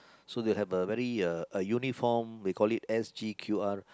so they have a very uh a uniform we call it S_G_Q_R